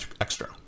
Extra